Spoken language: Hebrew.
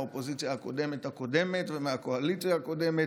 מהאופוזיציה הקודמת הקודמת ומהקואליציה הקודמת.